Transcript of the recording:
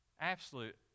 absolute